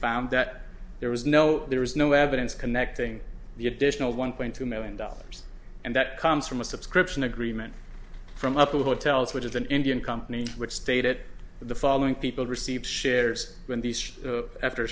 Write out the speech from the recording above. found that there was no there is no evidence connecting the additional one point two million dollars and that comes from a subscription agreement from up with hotels which is an indian company which stated the following people received shares in the after